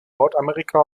nordamerika